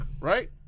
right